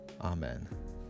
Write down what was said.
Amen